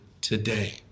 today